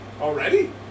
Already